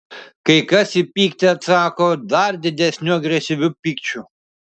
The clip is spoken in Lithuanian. kai kas į pyktį atsako dar didesniu agresyviu pykčiu